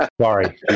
Sorry